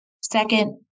second